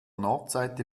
nordseite